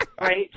right